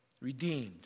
redeemed